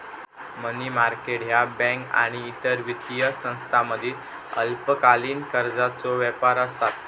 मनी market ह्या बँका आणि इतर वित्तीय संस्थांमधील अल्पकालीन कर्जाचो व्यापार आसत